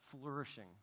flourishing